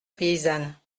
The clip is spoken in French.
paysanne